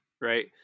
right